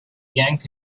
yanked